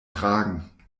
tragen